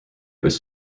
was